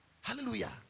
Hallelujah